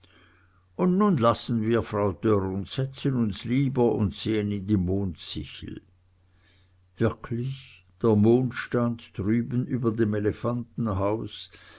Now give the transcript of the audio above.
und nun lassen wir die frau dörr und setzen uns lieber und sehen in die mondsichel wirklich der mond stand drüben über dem elefantenhause